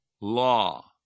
law